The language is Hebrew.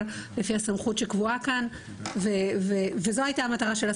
לפי הסמכות שקבועה כאן וזו הייתה המטרה של הסעיף,